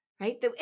right